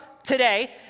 today